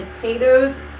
Potatoes